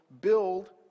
build